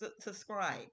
Subscribe